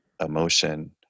emotion